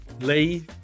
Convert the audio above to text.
Lee